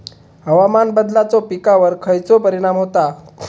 हवामान बदलाचो पिकावर खयचो परिणाम होता?